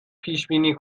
پیشبینی